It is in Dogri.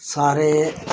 सारे